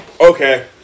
okay